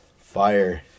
Fire